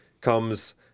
comes